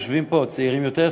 יושבים פה צעירים יותר,